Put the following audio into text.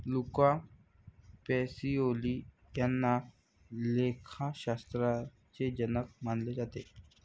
Luca Pacioli यांना लेखाशास्त्राचे जनक मानले जाते